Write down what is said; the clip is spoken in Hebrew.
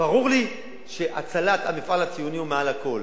ברור לי שהצלת המפעל הציוני היא מעל הכול,